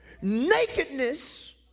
nakedness